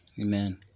Amen